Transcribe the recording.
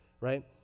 Right